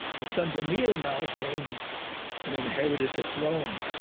my son donniel now came and inherited the throne.